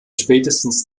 spätestens